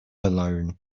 alone